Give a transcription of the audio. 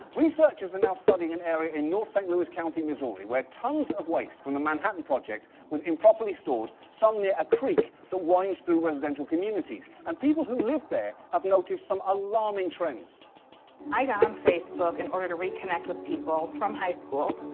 researchers are now studying an area in north st. louis county, missouri, where tons of waste from the manhattan project was improperly stored, some near a creek that winds through residential communities, and people who live there have noticed some alarming trends. jenell wright i got on facebook in order to reconnect with people from high school.